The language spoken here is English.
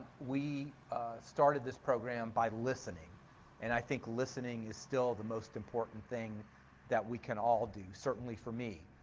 we started this program by listening and i think listening is still the most important thing that we can all do, certainly for me.